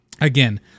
again